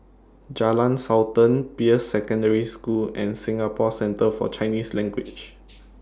Jalan Sultan Peirce Secondary School and Singapore Centre For Chinese Language